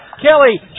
Kelly